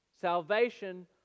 Salvation